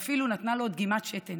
ואפילו נתנה לו דגימת שתן.